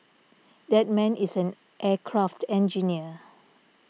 that man is an aircraft engineer